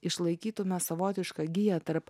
išlaikytume savotišką giją tarp